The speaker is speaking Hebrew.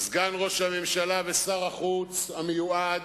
סגן ראש הממשלה ושר החוץ המיועד,